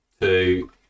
two